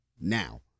now